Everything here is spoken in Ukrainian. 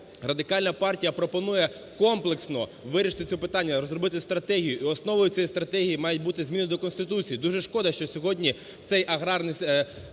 Радикальна партія пропонує комплексно вирішити це питання, розробити стратегію, і основою цієї стратегії мають бути зміни до Конституції. Дуже шкода, що сьогодні, в цей аграрний день,